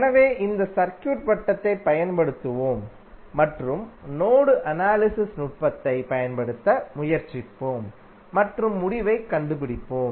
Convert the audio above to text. எனவே இந்த சர்க்யூட் வட்டத்தைப் பயன்படுத்துவோம் மற்றும் நோடு அனாலிசிஸ் நுட்பத்தைப் பயன்படுத்த முயற்சிப்போம் மற்றும் முடிவைக் கண்டுபிடிப்போம்